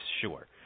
sure